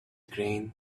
grain